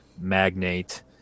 magnate